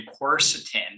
quercetin